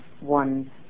one